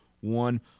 one